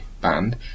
band